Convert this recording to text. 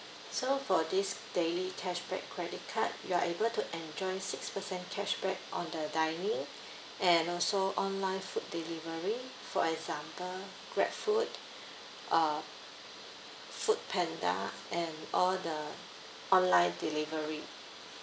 so for this daily cashback credit card you are able to enjoy six percent cashback on the dining and also online food delivery for example grabfood uh foodpanda and all the online delivery